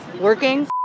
working